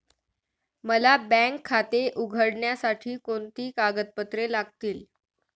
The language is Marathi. मला बँक खाते उघडण्यासाठी कोणती कागदपत्रे लागतील?